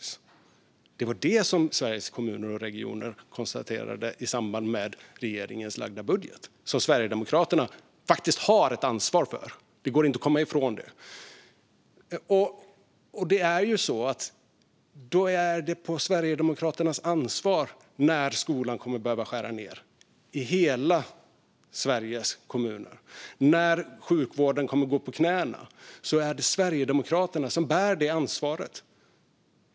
Det var det som Sveriges Kommuner och Regioner konstaterade i samband med att regeringen lade fram sin budget, som Sverigedemokraterna faktiskt har ett ansvar för. Det går det inte att komma ifrån. Det innebär att det är Sverigedemokraternas ansvar när skolan kommer att behöva skära ned i alla Sveriges kommuner. När sjukvården kommer att gå på knäna är det Sverigedemokraterna som bär det ansvaret.